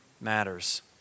matters